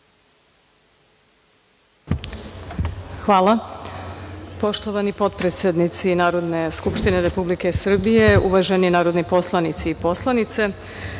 Hvala.